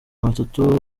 batatu